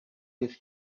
with